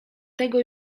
tego